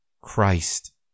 Christ